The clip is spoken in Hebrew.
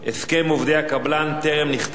הסכם עובדי הקבלן טרם נחתם,